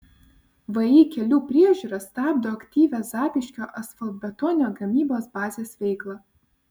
vį kelių priežiūra stabdo aktyvią zapyškio asfaltbetonio gamybos bazės veiklą